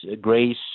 grace